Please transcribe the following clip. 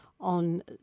on